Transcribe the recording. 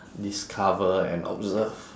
discover and observe